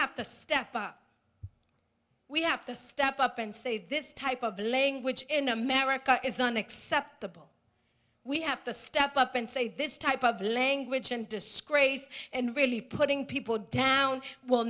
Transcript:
have to step up we have to step up and say this type of language in america is unacceptable we have to step up and say this type of language and to scrapes and really putting people down will